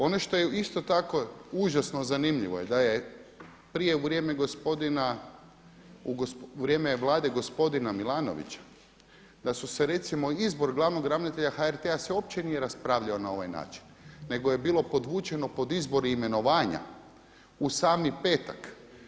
Ono što je isto tako užasno zanimljivo je da je prije u vrijeme gospodina, u vrijeme Vlade gospodina Milanovića, da su se recimo izbor glavnog ravnatelja HRT-a se uopće nije raspravljao na ovaj način nego je bilo podvučeno pod izbor i imenovanja u sami petak.